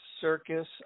Circus